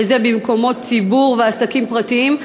וזה במקומות ציבור ועסקים פרטיים,